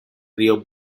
río